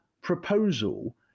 proposal